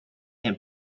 and